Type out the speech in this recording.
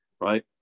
right